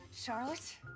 Charlotte